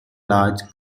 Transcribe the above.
large